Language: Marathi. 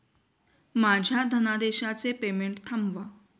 माझ्या धनादेशाचे पेमेंट थांबवा